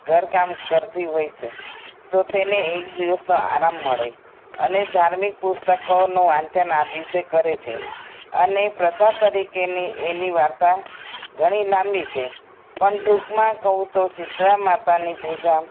ઘરકામ કરતી હોય છે તો તેને એકદિવસનો આરામ મળે અને ધાર્મિક પુસ્તકોનો વાંચન આ દિવસે કરે છે અને પ્રથા તરીકેની એની વાર્તા ઘણી લાંબી છે પણ ટૂંકમાં કહુ તો શીતળા માતાની પૂજા